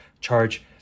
charge